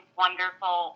wonderful